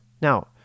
Now